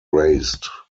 raised